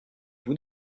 vous